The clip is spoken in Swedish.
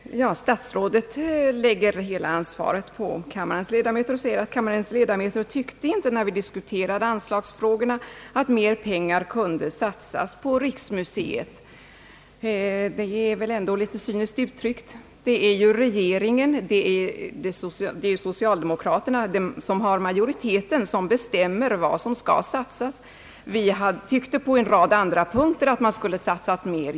Herr talman! Statsrådet lägger hela ansvaret på kammarens ledamöter och säger att när vi diskuterade anslagsfrågorna tyckte inte kammarens ledamöter att mer pengar kunde satsas på riksmuseet. Detta är väl ändå litet cyniskt uttryckt. Det är ju socialdemokraterna, vilka har majoriteten, som bestämmer vad som skall satsas. Vi tyckte på en rad andra punkter att man skulle ha satsat mer.